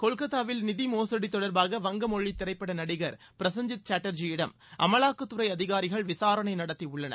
கொல்கத்தாவில் நிதி மோசுடி தொடர்பாக வங்கமொழி திரைப்பட நடிகர் பிரசெஞ்ஜித் சாட்டர்ஜியிடம் அமலாக்கத் துறை அதிகாரிகள் விசாரனை நடத்தியுள்ளனர்